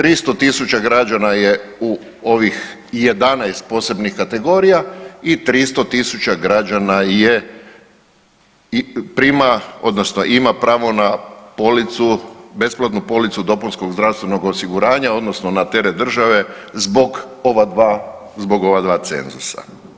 300.000 građana je u ovih 11 posebnih kategorija i 300.000 građana je prima odnosno ima pravo na policu, besplatnu policu dopunskog zdravstvenog osiguranja odnosno na teret države zbog ova dva, zbog ova dva cenzusa.